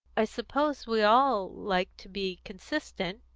i suppose we all like to be consistent,